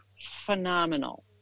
phenomenal